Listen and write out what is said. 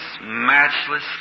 matchless